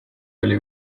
oli